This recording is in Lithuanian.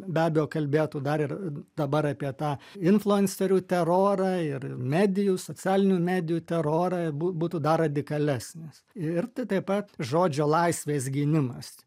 be abejo kalbėtų dar ir dabar apie tą influencerių terorą ir medijų socialinių medijų terorą bū būtų dar radikalesnis ir tai taip pat žodžio laisvės gynimas